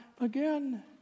again